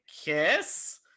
kiss